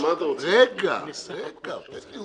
רגע, תנו